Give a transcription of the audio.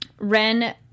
Ren